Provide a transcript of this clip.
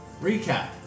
recap